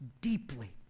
deeply